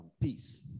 peace